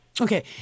Okay